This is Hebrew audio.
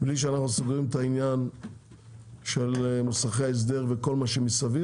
בלי שאנחנו סוגרים את העניין של מוסכי ההסדר וכל מה שמסביב.